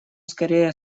скорее